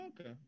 Okay